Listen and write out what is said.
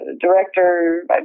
director